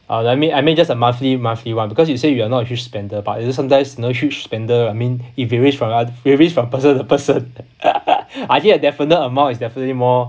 uh like I mean I mean just a monthly monthly one because you say you are not a huge spender but it's just sometimes know huge spender I mean it can range from one it range from person to person I think a definite amount is definitely more